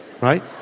right